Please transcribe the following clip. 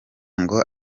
ngo